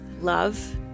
love